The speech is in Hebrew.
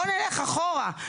בוא נלך אחורה,